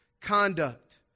conduct